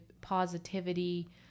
positivity